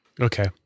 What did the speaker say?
Okay